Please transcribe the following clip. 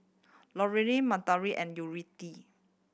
Lorayne Madalyn and Yuridia